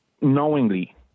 knowingly